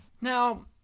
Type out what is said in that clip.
Now